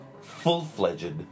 full-fledged